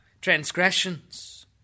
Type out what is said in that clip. transgressions